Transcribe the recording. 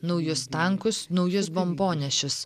naujus tankus naujus bombonešius